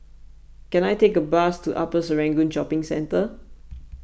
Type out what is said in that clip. can I take a bus to Upper Serangoon Shopping Centre